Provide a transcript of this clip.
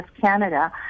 Canada